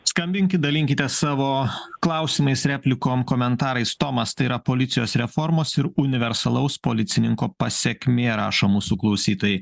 skambinkit dalinkitės savo klausimais replikom komentarais tomas tai yra policijos reformos ir universalaus policininko pasekmė rašo mūsų klausytojai